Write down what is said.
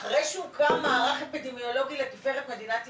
אחרי שהוקם מערך אפידמיולוגי לתפארת מדינת ישראל,